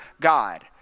God